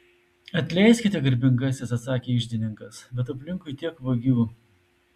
atleiskite garbingasis atsakė iždininkas bet aplinkui tiek vagių